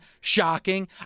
Shocking